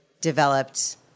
developed